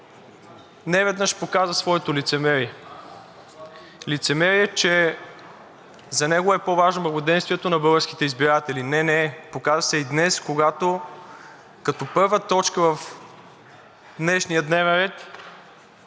неведнъж показа своето лицемерие. Лицемерие е, че за него е по-важно благоденствието на българските избиратели – не, не е, показа се и днес, когато като първа точка в днешния дневен ред